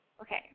okay